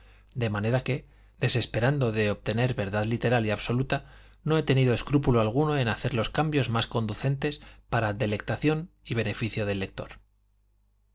de manera que desesperando de obtener verdad literal y absoluta no he tenido escrúpulo alguno en hacer los cambios más conducentes para delectación y beneficio del lector